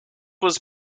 was